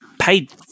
paid